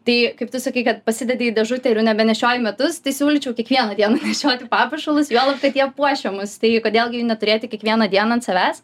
tai kaip tu sakei kad pasidedi į dėžutę ir nebenešioji metus tai siūlyčiau kiekvieną dieną nešioti papuošalus juolab kad jie puošia mus tai kodėl gi neturėti kiekvieną dieną ant savęs